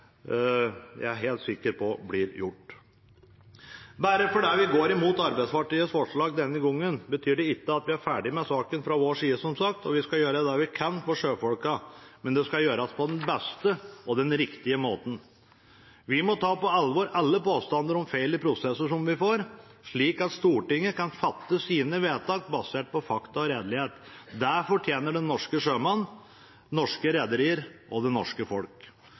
jeg er helt sikker på blir gjort. Bare fordi vi går imot Arbeiderpartiets forslag denne gangen, betyr det som sagt ikke at vi er ferdige med saken fra vår side. Vi skal gjøre det vi kan for sjøfolkene, men det skal gjøres på den beste og den riktige måten. Vi må ta på alvor alle påstander om feil i prosesser som vi får, slik at Stortinget kan fatte sine vedtak basert på fakta og redelighet. Det fortjener den norske sjømann, norske rederier og det norske folk.